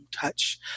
touch